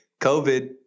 COVID